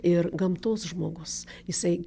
ir gamtos žmogus jisai